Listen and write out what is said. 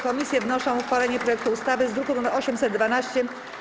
Komisje wnoszą o uchwalenie projektu ustawy z druku nr 812.